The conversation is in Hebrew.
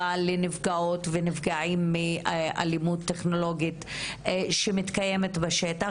לנפגעות ונפגעים מאלימות טכנולוגית שמתקיימת בשטח.